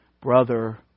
brother